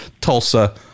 Tulsa